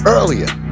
Earlier